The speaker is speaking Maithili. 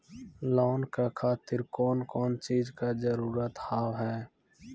लोन के खातिर कौन कौन चीज के जरूरत हाव है?